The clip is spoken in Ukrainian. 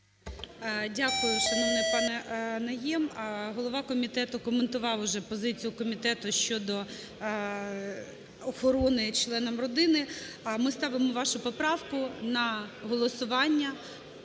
Дякую, шановний пане Найєм. Голова комітету коментував вже позицію комітету щодо охорони членам родини. Ми ставимо вашу поправку на голосування.